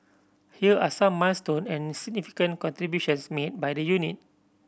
here are some milestone and significant contributions made by the unit